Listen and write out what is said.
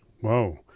Whoa